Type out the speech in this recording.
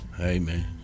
Amen